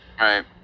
Right